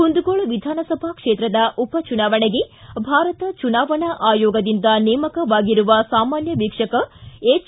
ಕುಂದಗೋಳ ವಿಧಾನಸಭಾ ಕ್ಷೇತ್ರದ ಉಪಚುನಾವಣೆಗೆ ಭಾರತ ಚುನಾವಣಾ ಆಯೋಗದಿಂದ ನೇಮಕವಾಗಿರುವ ಸಾಮಾನ್ಯ ವೀಕ್ಷಕ ಹೆಚ್